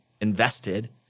invested